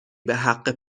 بحق